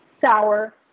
sour